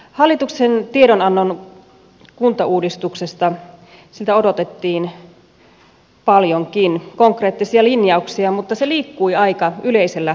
hallituksen tiedonannolta kuntauudistuksesta odotettiin paljonkin konkreettisia linjauksia mutta se liikkui aika yleisellä tasolla